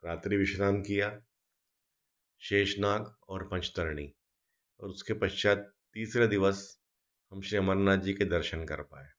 रात्रि विश्राम किया शेषनाग और पचतरणी उसके पश्चात तीसरे दिवस हम श्री अमरनाथ जी के दर्शन कर पाए